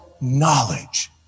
knowledge